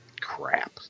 crap